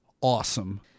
awesome